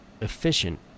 efficient